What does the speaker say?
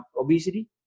obesity